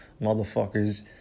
motherfuckers